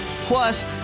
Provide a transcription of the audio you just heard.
Plus